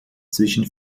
zwischen